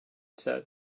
said